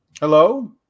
Hello